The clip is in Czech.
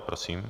Prosím.